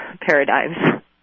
paradigms